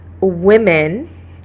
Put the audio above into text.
women